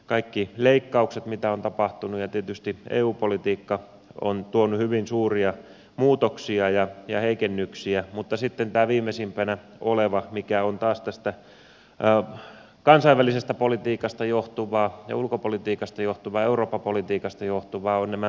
kaikki leikkaukset joita on tapahtunut ja tietysti eu politiikka ovat tuoneet hyvin suuria muutoksia ja heikennyksiä mutta sitten tämä viimeisimpänä oleva mikä on taas tästä kansainvälisestä politiikasta johtuvaa ja ulkopolitiikasta johtuvaa eurooppa politiikasta johtuvaa ovat nämä sanktiot